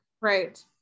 right